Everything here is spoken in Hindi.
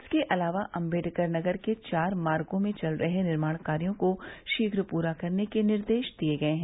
इसके अलावा अंबेडकरनगर के चार मार्गो के चल रहे निर्माण कार्यो को शीघ्र पूरा करने के निर्देश दिए गए हैं